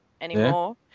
anymore